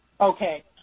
Okay